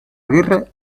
aguirre